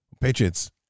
Patriot's